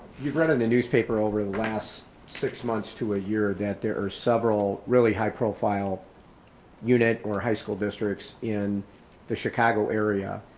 you've read in the newspaper over the last six months to a year that there are several really high profile unit or high school districts in the chicago area,